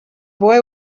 boy